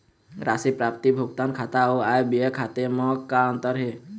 राशि प्राप्ति भुगतान खाता अऊ आय व्यय खाते म का अंतर हे?